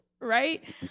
Right